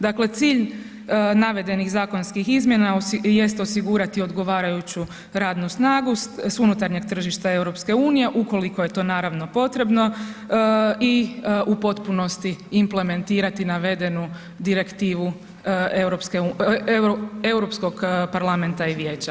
Dakle, cilj navedenih zakonskih izmjena jest osigurati odgovarajuću radnu snagu s unutarnjeg tržišta EU, ukoliko je to naravno potrebno i u potpunosti implementirati navedenu Direktivu Europskog parlamenta i vijeća.